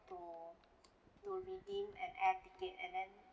to to redeem an air ticket and then